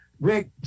Rick